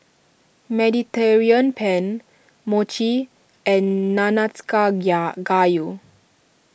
Mediterranean Penne Mochi and Gayu